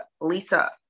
Lisa